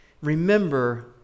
remember